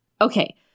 Okay